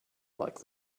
like